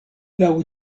laŭ